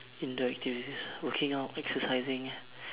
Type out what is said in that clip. indoor activities working out exercising lah